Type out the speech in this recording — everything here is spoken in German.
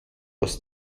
aus